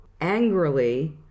angrily